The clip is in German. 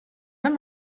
wenn